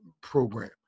program